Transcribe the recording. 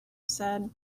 said